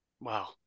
Wow